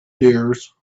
dears